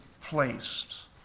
placed